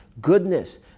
goodness